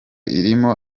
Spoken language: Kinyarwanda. irimo